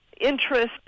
interest